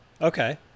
Okay